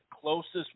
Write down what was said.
closest